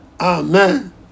Amen